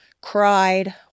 cried